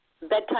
bedtime